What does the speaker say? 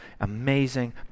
amazing